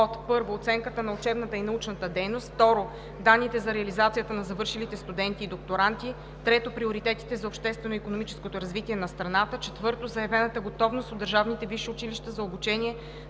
от: 1. оценката на учебната и научната дейност; 2. данните за реализацията на завършилите студенти и докторанти; 3. приоритетите за обществено-икономическото развитие на страната; 4. заявената готовност от държавните